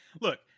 Look